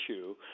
issue